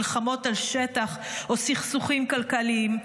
מלחמות על שטח או סכסוכים כלכליים.